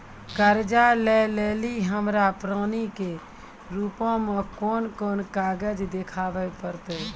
कर्जा लै लेली हमरा प्रमाणो के रूपो मे कोन कोन कागज देखाबै पड़तै?